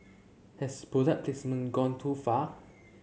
has product placement gone too far